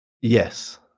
Yes